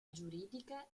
giuridica